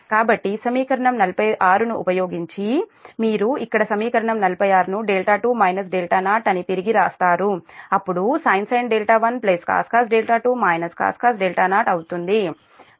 కాబట్టి సమీకరణం 46 ను ఉపయోగించి మీరు ఇక్కడ సమీకరణం 46 ను δ2 δ0 అని తిరిగి వ్రాస్తారు అప్పుడుsin 1cos 2 cos 0 అవుతుంది